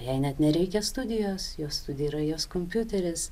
jai net nereikia studijos jos studija yra jos kompiuteris